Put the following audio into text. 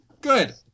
Good